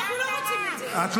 די כבר --- מה קרה?